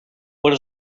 what